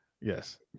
Yes